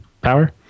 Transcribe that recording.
power